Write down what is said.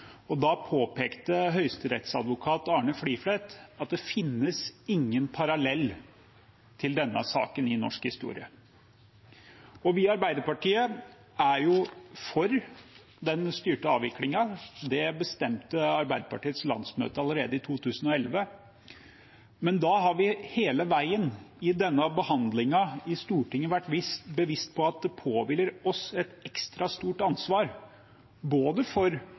Da påpekte høyesterettsadvokat Arne Fliflet at det finnes ingen parallell til denne saken i norsk historie. Vi i Arbeiderpartiet er for den styrte avviklingen. Det bestemte Arbeiderpartiets landsmøte allerede i 2011. Men da har vi hele veien i behandlingen i Stortinget vært bevisst på at det påhviler oss et ekstra stort ansvar, både for